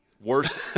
worst